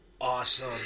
Awesome